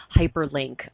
hyperlink